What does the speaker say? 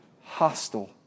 hostile